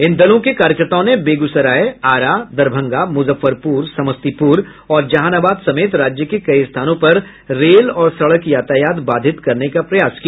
इन दलों के कार्यकर्ताओं ने बेगूसराय आरा दरभंगा मुजफ्फरपुर समस्तीपुर और जहानाबाद समेत राज्य के कई स्थानों पर रेल और सड़क यातायात बाधित करने का प्रयास किया